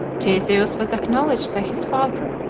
theseus was acknowledged by his father,